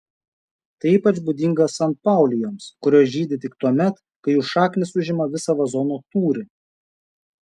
tai ypač būdinga sanpaulijoms kurios žydi tik tuomet kai jų šaknys užima visą vazono tūrį